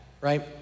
right